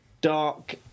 dark